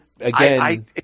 again